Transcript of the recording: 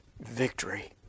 victory